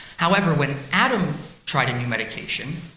however, when adam tried a new medication,